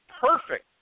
perfect